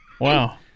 Wow